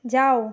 যাও